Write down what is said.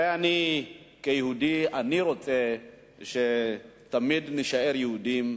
הרי אני כיהודי רוצה שתמיד נישאר יהודים,